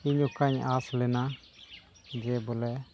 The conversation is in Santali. ᱤᱧ ᱚᱠᱟᱧ ᱟᱸᱥ ᱞᱮᱱᱟ ᱡᱮ ᱵᱚᱞᱮ